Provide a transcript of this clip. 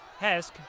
Hesk